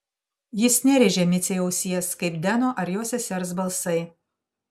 jis nerėžė micei ausies kaip deno ar jo sesers balsai